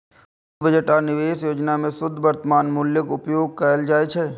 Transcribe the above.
पूंजी बजट आ निवेश योजना मे शुद्ध वर्तमान मूल्यक उपयोग कैल जाइ छै